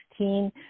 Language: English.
2016